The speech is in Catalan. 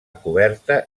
coberta